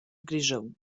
grischun